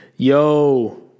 Yo